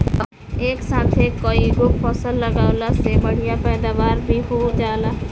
एक साथे कईगो फसल लगावला से बढ़िया पैदावार भी हो जाला